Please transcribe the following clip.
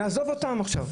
נעזוב אותם עכשיו.